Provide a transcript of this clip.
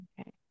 Okay